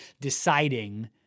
deciding